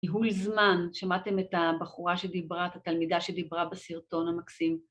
ייעול זמן, שמעתם את הבחורה שדיברה, את התלמידה שדיברה בסרטון המקסים.